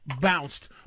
bounced